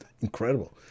incredible